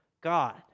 God